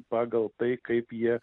pagal tai kaip jie